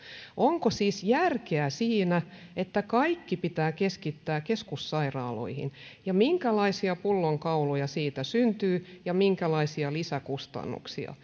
onko siis järkeä siinä että kaikki pitää keskittää keskussairaaloihin ja minkälaisia pullonkauloja siitä syntyy ja minkälaisia lisäkustannuksia